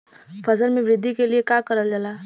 फसल मे वृद्धि के लिए का करल जाला?